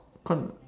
cau~